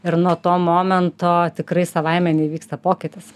ir nuo to momento tikrai savaime neįvyksta pokytis